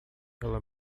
ela